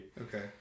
Okay